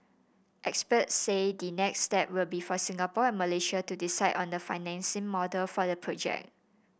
experts said the next step will be for Singapore and Malaysia to decide on the financing model for the project